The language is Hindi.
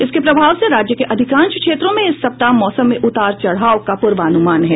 इसके प्रभाव से राज्य के अधिकांश क्षेत्रों में इस सप्ताह मौसम में उतार चढाव का पूर्वानुमान है